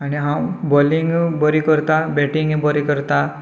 आनी हांव बॉलिंग बरी करतां बेटिंग बरी करतां